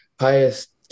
highest